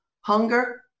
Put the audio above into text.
Hunger